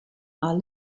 are